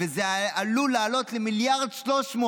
וזה עלול לעלות ל-1.3 מיליארד,